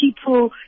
people